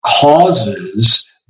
causes